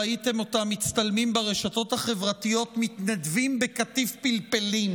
ראיתם אותם מצטלמים ברשתות החברתיות מתנדבים בקטיף פלפלים,